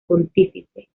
pontífice